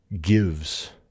gives